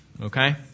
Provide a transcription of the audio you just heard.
Okay